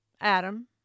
Adam